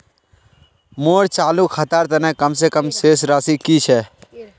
मोर चालू खातार तने कम से कम शेष राशि कि छे?